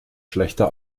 schlechter